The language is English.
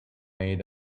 made